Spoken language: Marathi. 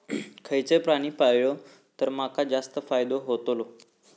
खयचो प्राणी पाळलो तर माका जास्त फायदो होतोलो?